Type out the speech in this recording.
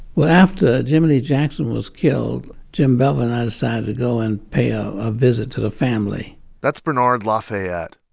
well, after jimmie lee jackson was killed, jim bevel and i decided to go and pay a ah visit to the family that's bernard lafayette,